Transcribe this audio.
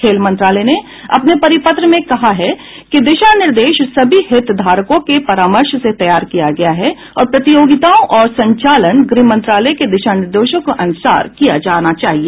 खेल मंत्रालय ने अपने परिपत्र में कहा है कि दिशा निर्देश सभी हितधारकों के परामर्श से तैयार किए गए हैं और प्रतियोगिताओं का संचालन गृह मंत्रालय के दिशा निर्देशों के अनुसार से किया जाना चाहिए